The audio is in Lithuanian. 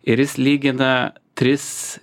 ir jis lygina tris